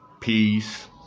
peace